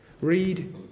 Read